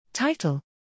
TITLE